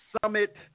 Summit